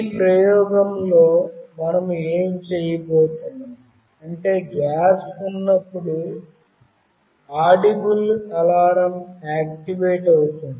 ఈ ప్రయోగంలో మనం ఏమి చేయబోతున్నాం అంటే గ్యాస్ ఉన్నప్పుడు ఆడిబుల్ అలారం ఆక్టివేట్ అవుతుంది